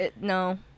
No